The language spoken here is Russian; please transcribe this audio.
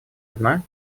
одна